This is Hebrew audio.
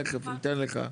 תכף ניתן לך.